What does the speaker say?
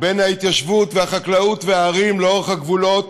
בין ההתיישבות, החקלאות והערים לאורך הגבולות